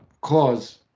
cause